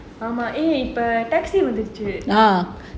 ஆமா இந்த:aamaa intha taxi வந்துருச்சு:vanthuruchu